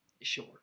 sure